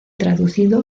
traducido